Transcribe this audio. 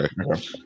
Okay